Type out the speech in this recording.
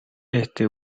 este